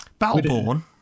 Battleborn